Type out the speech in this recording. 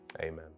amen